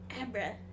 Abra